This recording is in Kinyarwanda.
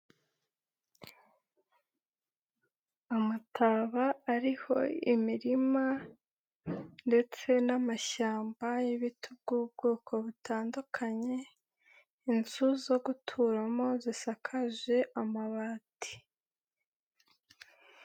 Amataba ariho imirima ndetse n'amashyamba y'ibiti by'ubwoko butandukanye, inzu zo guturamo zisakaje amabati.